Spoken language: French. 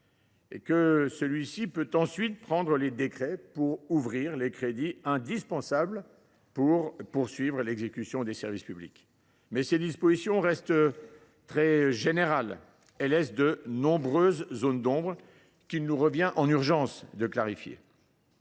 et que celui ci peut ensuite prendre des décrets pour ouvrir les crédits indispensables pour poursuivre l’exécution des services publics. Mais ces dispositions restent très générales et laissent de nombreuses zones d’ombre qu’il nous revient, en urgence, de clarifier.